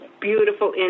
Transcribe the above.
beautiful